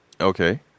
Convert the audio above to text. Okay